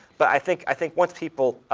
but i think i think once people